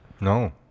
no